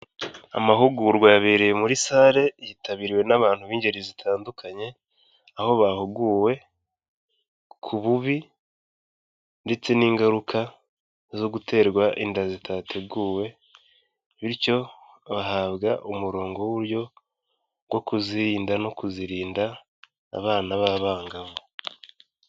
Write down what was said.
Amahugurwa yabereye muri sale, yitabiriwe n'abantu b'ingeri zitandukanye, aho bahuguwe ku bubi ndetse n'ingaruka zo guterwa inda zitateguwe bityo bahabwa umurongo w'uburyo bwo kuzirinda no kuzirinda abana b'abangavu.